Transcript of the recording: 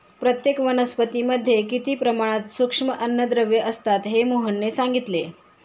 प्रत्येक वनस्पतीमध्ये किती प्रमाणात सूक्ष्म अन्नद्रव्ये असतात हे मोहनने सांगितले